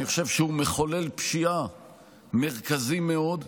אני חושב שהוא מחולל פשיעה מרכזי מאוד,